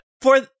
for-